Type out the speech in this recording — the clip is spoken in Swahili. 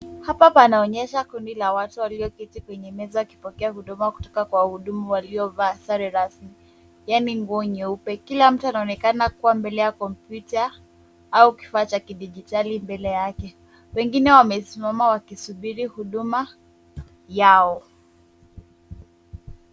Hapa panaonyesha kundi la watu walioketi kwenye meza kupokea huduma kutoka kwenye wahudumu walio vaa sare rasmi yaani nguo nyeupe. Kila mtu anaonekana kuwa mbele ya kompyuta au kifaa cha kidijitali mbele yake. Wengine wamesimama wakisubiri huduma yao.